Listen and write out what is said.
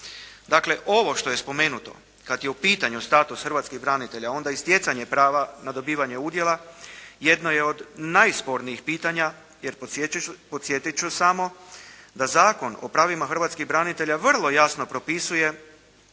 Dakle ovo što je spomenuto kada je u pitanju status hrvatskih branitelja, a onda i stjecanje prava na dobivanje udjela, jedno je od najspornijih pitanja jer podsjetiti ću samo da Zakon o pravima hrvatskih branitelja vrlo jasno propisuje